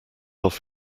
off